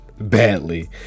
badly